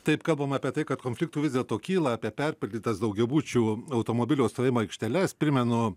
taip kalbam apie tai kad konfliktų vis dėlto kyla apie perpildytas daugiabučių automobilių stovėjimo aikšteles primenu